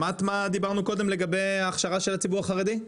שמעת מה דיברנו קודם לגבי הכשרה של הציבור החרדי?